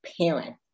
parent